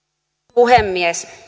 puhemies